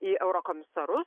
į eurokomisarus